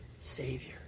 Savior